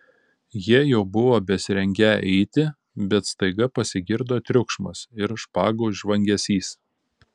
jie jau buvo besirengią eiti bet staiga pasigirdo triukšmas ir špagų žvangesys